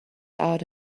out